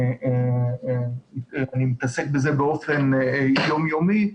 שאני מתעסק שם באופן יום יומי.